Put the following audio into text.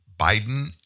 Biden